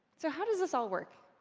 so how does this all work?